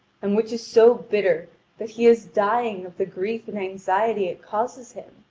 and which is so bitter that he is dying of the grief and anxiety it causes him.